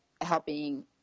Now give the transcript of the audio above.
helping